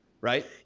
right